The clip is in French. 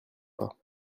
pas